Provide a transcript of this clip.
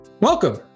Welcome